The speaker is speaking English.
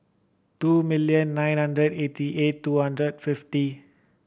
two million nine hundred eighty eight two hundred fifty